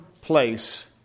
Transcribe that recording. place